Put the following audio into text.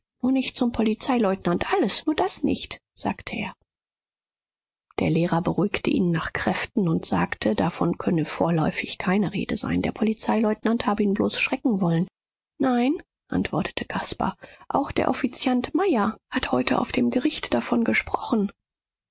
nicht zum polizeileutnant alles nur das nicht sagte er der lehrer beruhigte ihn nach kräften und sagte davon könne vorläufig keine rede sein der polizeileutnant habe ihn bloß schrecken wollen nein antwortete caspar auch der offiziant maier hat heute auf dem gericht davon gesprochen